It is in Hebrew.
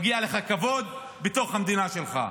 שמגיע לך כבוד בתוך המדינה שלך.